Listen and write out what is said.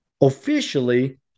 Officially